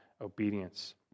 obedience